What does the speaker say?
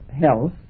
health